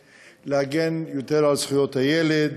להגן יותר על זכויות הילד,